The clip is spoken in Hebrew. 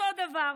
אותו דבר.